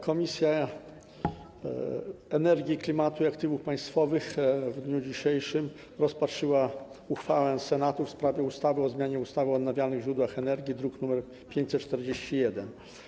Komisja do Spraw Energii, Klimatu i Aktywów Państwowych w dniu dzisiejszym rozpatrzyła uchwałę Senatu w sprawie ustawy o zmianie ustawy o odnawialnych źródłach energii, druk nr 541.